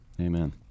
Amen